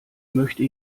möchte